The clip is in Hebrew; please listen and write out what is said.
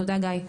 תודה גיא.